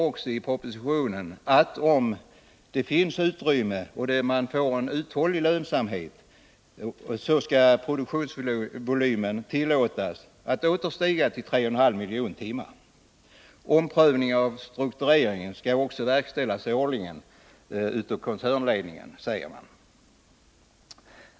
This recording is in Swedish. Men i propositionen heter det också att om det finns utrymme och man får en uthållig lönsamhet kan produktionsvolymen tillåtas att åter stiga till 3,5 miljoner timmar. Omprövning av struktureringen skall också verkställas årligen av koncernledningen, säger man.